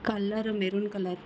colour maroon colour